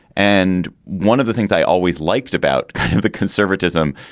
and one of the things i always liked about the conservatism,